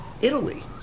Italy